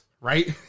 right